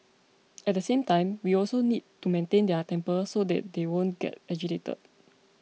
at the same time we also need to maintain their temper so that they won't get agitated